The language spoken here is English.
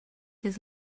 his